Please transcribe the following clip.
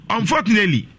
Unfortunately